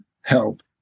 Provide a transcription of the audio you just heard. help